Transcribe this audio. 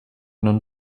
nun